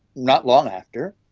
not long after,